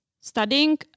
studying